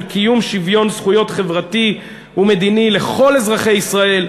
של קיום שוויון זכויות חברתי ומדיני לכל אזרחי ישראל,